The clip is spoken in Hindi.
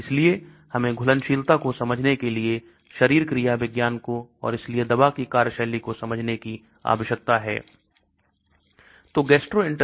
इसलिए हमें घुलनशीलता को समझने के लिए शरीर क्रिया विज्ञान को और इसलिए दवा की कार्यशैली को समझने की आवश्यकता है